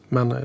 Men